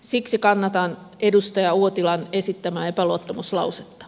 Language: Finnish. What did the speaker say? siksi kannatan edustaja uotilan esittämää epäluottamuslausetta